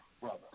brother